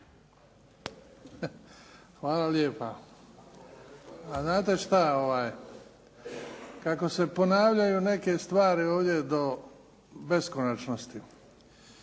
Hvala lijepa. Znate šta, kako se ponavljaju neke stvari ovdje do beskonačnosti,